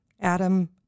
Adam